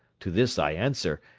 to this i answer,